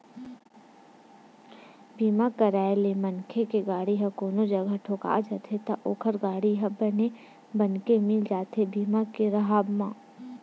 बीमा के कराय ले मनखे के गाड़ी ह कोनो जघा ठोका जाथे त ओखर गाड़ी ह बने बनगे मिल जाथे बीमा के राहब म